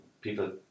people